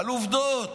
על עובדות.